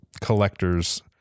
collector's